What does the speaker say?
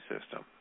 system